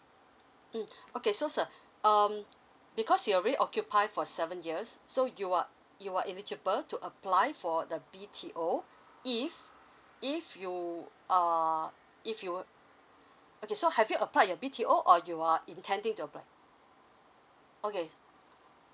mm okay so sir um because you've already occupy for seven years so you are you are eligible to apply for the B_T_O if if you are if you okay so have you applied your B_T_O or you are intending to apply okay